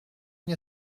une